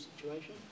situation